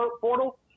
portal